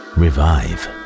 revive